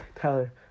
Tyler